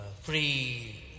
free